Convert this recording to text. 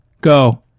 Go